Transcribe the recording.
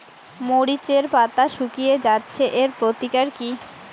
মরিচের পাতা শুকিয়ে যাচ্ছে এর প্রতিকার কি?